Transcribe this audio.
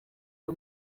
iyo